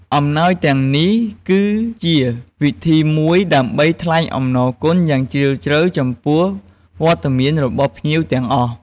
អំណោយទាំងនេះគឺជាវិធីមួយដើម្បីថ្លែងអំណរគុណយ៉ាងជ្រាលជ្រៅចំពោះវត្តមានរបស់ភ្ញៀវទាំងអស់។